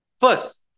First